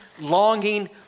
longing